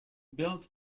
built